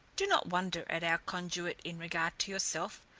do not wonder at our conduit in regard to yourself,